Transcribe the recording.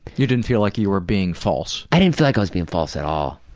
you didn't feel like you were being false. i didn't feel like i was being false at all.